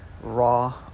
raw